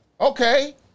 Okay